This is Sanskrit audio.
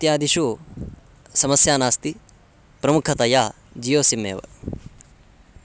इत्यादिषु समस्या नास्ति प्रमुखतया जियो सिम् एव